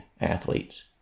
athletes